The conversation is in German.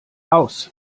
aus